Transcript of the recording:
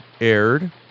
aired